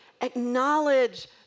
acknowledge